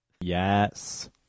Yes